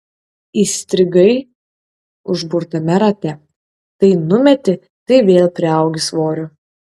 įstrigai užburtame rate tai numeti tai vėl priaugi svorio